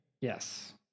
Yes